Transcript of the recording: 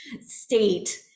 state